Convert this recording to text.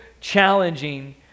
challenging